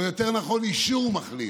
או יותר נכון אישור מחלים.